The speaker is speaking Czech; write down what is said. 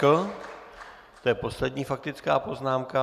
To je poslední faktická poznámka.